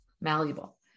malleable